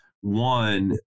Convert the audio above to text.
One